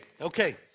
okay